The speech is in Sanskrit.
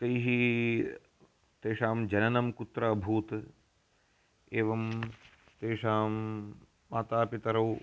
तैः तेषां जननं कुत्र अभूत् एवं तेषां मातापितरौ